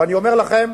ואני אומר לכם,